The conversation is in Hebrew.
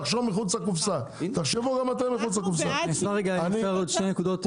תחשוב מחוץ לקופסה, תחשבו גם אתם מחוץ לקופסה.